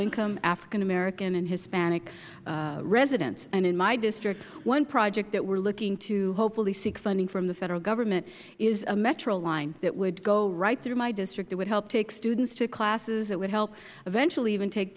income african american and hispanic residents in my district one project that we are looking to hopefully seek funding from the federal government is a metro line that would go right through my district it would help take students to classes it would help eventually even take